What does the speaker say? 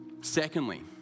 secondly